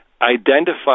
identify